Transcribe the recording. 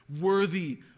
worthy